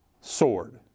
sword